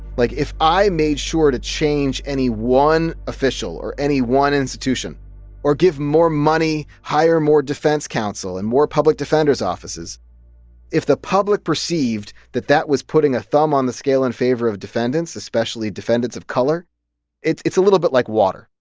like, if i made sure to change any one official or any one institution or give more money, hire more defense counsel and more public defenders' offices if the public perceived that that was putting a thumb on the scale in favor of defendants, especially defendants of color it's it's a little bit like water.